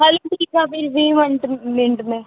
हलो ठीकु आहे पोइ ॿीं मिंट में